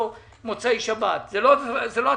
זה לא תפקידי.